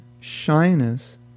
shyness